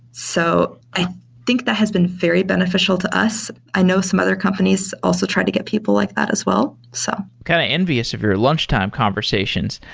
so i think that has been very beneficial to us. i know some other companies also try to get people like that as well. so kind of envious of your lunchtime conversations.